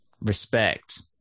respect